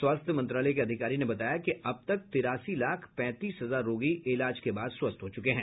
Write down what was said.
स्वास्थ्य मंत्रालय के अधिकारी ने बताया कि अब तक तिरासी लाख पैंतीस हजार रोगी इलाज के बाद स्वस्थ हुए हैं